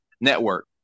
network